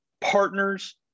partners